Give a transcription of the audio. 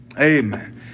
Amen